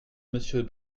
monsieur